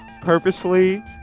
purposely